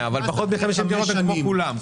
כן, אבל פחות מ-50 דירות, הם כמו כולם.